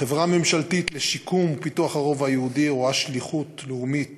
החברה הממשלתית לשיקום ולפיתוח הרובע היהודי רואה שליחות לאומית